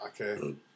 Okay